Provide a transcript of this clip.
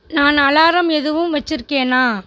நான் அலாரம் எதுவும் வச்சுருக்கேனா